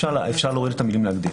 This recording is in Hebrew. אפשר להוריד את המילה "להגדיל".